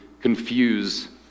confuse